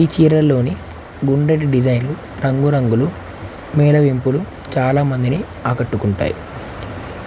ఈ చీరల్లోని గుండ్రటి డిజైన్లు రంగురంగులు మేల వింపులు చాలా మందిని ఆకట్టుకుంటాయి